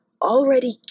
already